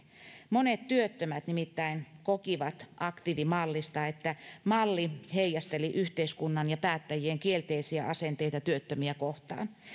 monet työttömät nimittäin kokivat aktiivimallista että malli heijasteli yhteiskunnan ja päättäjien kielteisiä asenteita työttömiä kohtaan